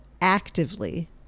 actively